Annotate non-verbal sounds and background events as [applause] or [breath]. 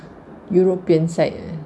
[breath] european side eh